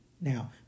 now